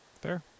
Fair